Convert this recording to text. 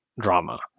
drama